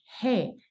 Hey